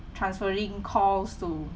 transferring calls to